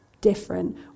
different